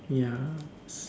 ya